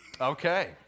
Okay